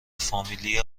فامیلی